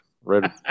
right